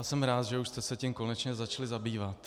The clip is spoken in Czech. Jsem rád, že už jste se tím konečně začali zabývat.